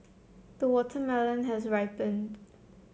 the watermelon has ripened